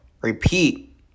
repeat